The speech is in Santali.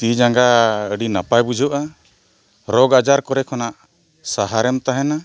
ᱛᱤ ᱡᱟᱸᱜᱟ ᱟᱹᱰᱤ ᱱᱟᱯᱟᱭ ᱵᱩᱡᱷᱟᱹᱜᱼᱟ ᱨᱳᱜᱽ ᱟᱡᱟᱨ ᱠᱚᱨᱮ ᱠᱷᱚᱱᱟᱜ ᱥᱟᱦᱟᱨᱮᱢ ᱛᱟᱦᱮᱱᱟ